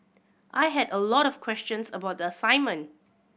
I had a lot of questions about the assignment